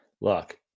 Look